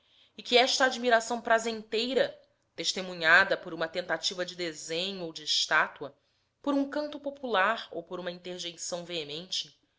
e que esta admiração prazenteira testemunhada por uma tentativa de desenho ou de estátua por um canto popular ou por uma interjeição veemente